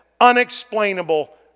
unexplainable